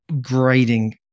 grading